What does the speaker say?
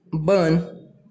burn